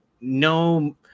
no